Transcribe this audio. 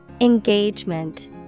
Engagement